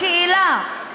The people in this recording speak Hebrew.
השאלה,